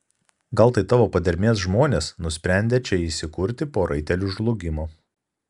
gal tai tavo padermės žmonės nusprendę čia įsikurti po raitelių žlugimo